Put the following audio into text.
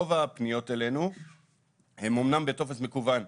רוב הפניות אלינו הן אומנם בטופס מקוון.